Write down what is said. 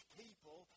people